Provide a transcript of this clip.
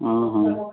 ହଁ ହଁ